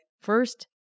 first